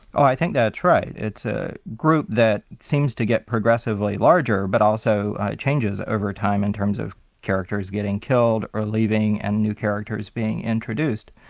i think that's right. it's a group that seems to get progressively larger, but also changes over time in terms of characters getting killed, or leaving, and new characters being introduced.